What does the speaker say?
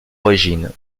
origine